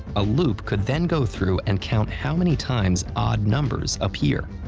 a loop could then go through and count how many times odd numbers appear.